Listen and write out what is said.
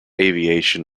aviation